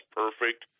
perfect